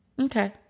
Okay